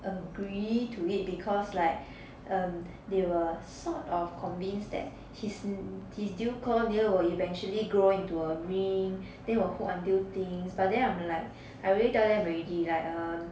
agree to it because like um they were sort of convinced that his his new claw nail will eventually grow into a ring then will hook until things but then I'm like I already tell them already like um